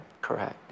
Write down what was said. Correct